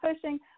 pushing